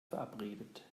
verabredet